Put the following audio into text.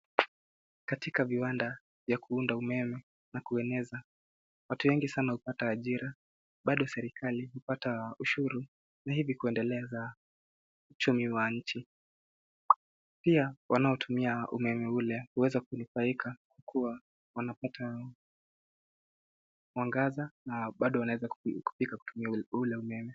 Katika viwanda vya kuunda umeme na kueneza, watu wengi sana hupata ajira. Bado serikali hupata ushuru na hivyo kuendeleza uchumi wa nchi. Pia wanaotumia umeme ule huweza kunufaika kwa kuwa wanapata mwangaza na bado wanaeza kupika kutumia ule umeme.